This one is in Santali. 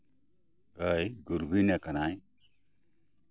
ᱜᱟᱹᱭ ᱜᱩᱨᱵᱷᱤᱱ ᱟᱠᱟᱱᱟᱭ